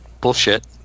bullshit